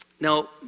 Now